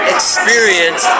Experience